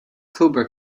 cobra